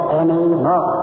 anymore